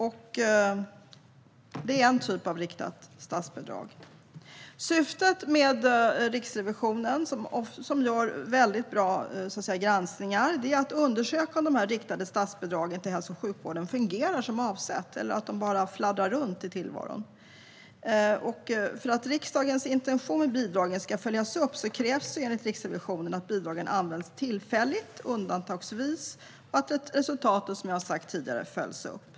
Detta är en typ av riktat statsbidrag. Syftet med Riksrevisionen, som gör väldigt bra granskningar, är att undersöka om de riktade statsbidragen till hälso och sjukvården fungerar som avsett eller om de bara fladdrar runt i tillvaron. För att riksdagens intention med bidragen ska förverkligas krävs enligt Riksrevisionen att bidragen används tillfälligt och undantagsvis och att resultaten, som jag sagt tidigare, följs upp.